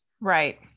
Right